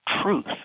truth